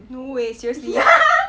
no way seriously